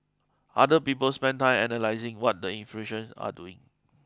other people spend time analysing what the influential are doing